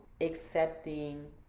accepting